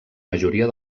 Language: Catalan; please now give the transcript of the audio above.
majoria